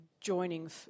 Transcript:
joining